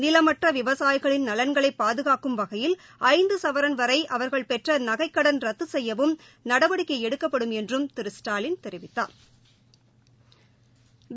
நிலமற்றவிவசாயிகளின் நலன்களைபாதுகாக்கும் வகையில் வரைஅவர்கள் ஐந்துசவரன் பெற்றநகைக்கடன் ரத்துசெய்யவும் நடவடிக்கைஎடுக்கப்படும் என்றும் திரு ஸ்டாலின் தெரிவித்தாா்